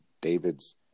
David's